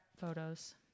photos